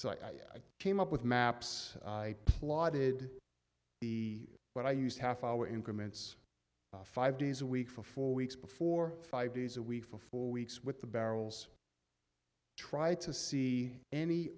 so i came up with maps i plotted the what i used half hour increments five days a week for four weeks before five days a week for four weeks with the barrels try to see any